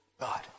God